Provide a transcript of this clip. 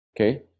Okay